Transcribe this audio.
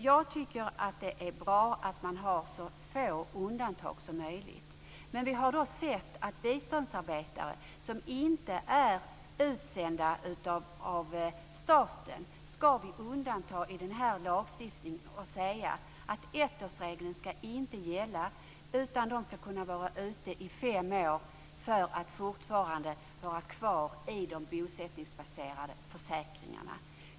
Jag tycker att det är bra att man har så få undantag som möjligt. Men vi har då sagt att vi ska undanta biståndsarbetare, som inte är utsända av staten, i den här lagstiftningen och säga att ettårsregeln inte ska gälla, utan de ska kunna vara ute i fem år och fortfarande vara kvar i de bosättningsbaserade försäkringarna.